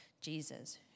Jesus